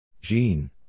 Jean